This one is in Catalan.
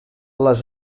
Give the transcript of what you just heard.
les